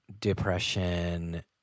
depression